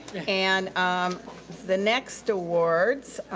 and the next awards